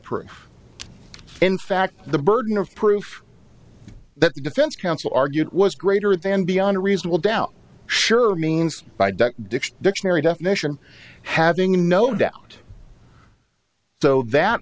proof in fact the burden of proof that the defense counsel argued was greater than beyond a reasonable doubt sure means by dec dick's dictionary definition having no doubt so that